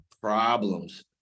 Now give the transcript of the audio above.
problems